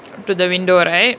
to the window right